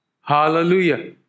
Hallelujah